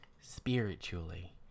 spiritually